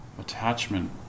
attachment